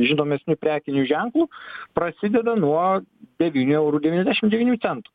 žinomesnių prekinių ženklų prasideda nuo devynių eurų devyniasdešim devynių centų